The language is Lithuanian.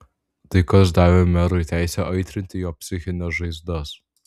tai kas davė merui teisę aitrinti jo psichines žaizdas